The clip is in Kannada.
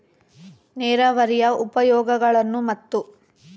ನೇರಾವರಿಯ ಉಪಯೋಗಗಳನ್ನು ಮತ್ತು?